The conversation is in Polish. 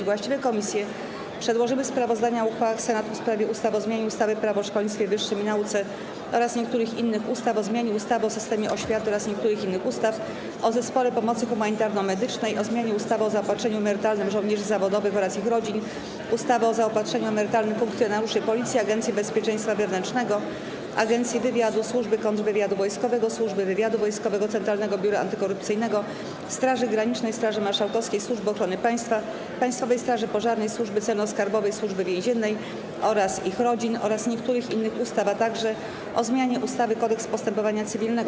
Właściwe komisje przedłożyły sprawozdania o uchwałach Senatu w sprawie ustaw: - o zmianie ustawy - Prawo o szkolnictwie wyższym i nauce oraz niektórych innych ustaw, - o zmianie ustawy o systemie oświaty oraz niektórych innych ustaw, - o Zespole Pomocy Humanitarno-Medycznej, - o zmianie ustawy o zaopatrzeniu emerytalnym żołnierzy zawodowych oraz ich rodzin, ustawy o zaopatrzeniu emerytalnym funkcjonariuszy Policji, Agencji Bezpieczeństwa Wewnętrznego, Agencji Wywiadu, Służby Kontrwywiadu Wojskowego, Służby Wywiadu Wojskowego, Centralnego Biura Antykorupcyjnego, Straży Granicznej, Straży Marszałkowskiej, Służby Ochrony Państwa, Państwowej Straży Pożarnej, Służby Celno-Skarbowej i Służby Więziennej oraz ich rodzin oraz niektórych innych ustaw, - o zmianie ustawy - Kodeks postępowania cywilnego.